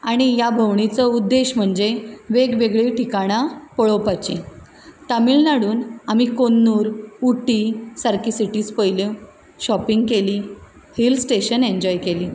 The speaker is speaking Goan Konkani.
आणी ह्या भोंवणीचो उद्देश म्हणजे वेगवेगळीं ठिकाणां पळोवपाचीं तामिळनाडून आमी कोन्नूर उटी सारके सिटीज पयल्यो शॉपींग केली हिलस्टेशन एन्जॉय केलीं